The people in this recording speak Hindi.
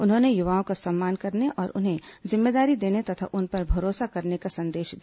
उन्होंने युवाओं का सम्मान करने और उन्हें जिम्मेदारी देने तथा उन पर भरोसा करने का संदेश दिया